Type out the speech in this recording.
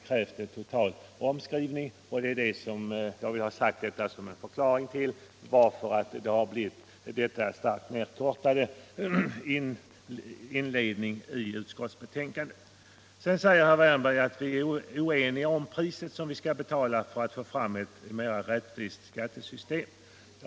Jag vill ha sagt detta som en förklaring till den starkt nedkortade inledningen i utskottets betänkande. Sedan sade herr Wärnberg att vi är oeniga om det pris vi skall betala för att få ett mera rättvist skattesystem.